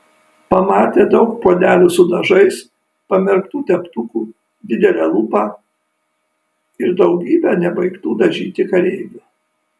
pamatė daug puodelių su dažais pamerktų teptukų didelę lupą ir daugybę nebaigtų dažyti kareivių